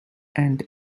and